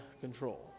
control